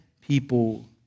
people